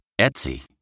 Etsy